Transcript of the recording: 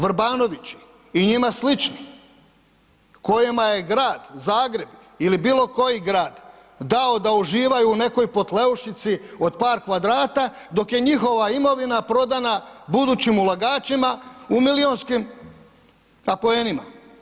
Vrbanovići i njima slični kojima je Grad Zagreb ili bilo koji grad dao da uživaju u nekoj potleušici od par kvadrata, dok je njihova imovina prodana budućim ulagačima u milijunskim apoenima.